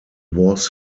was